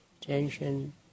tension